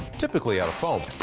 typically out of foam.